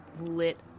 lit